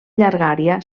llargària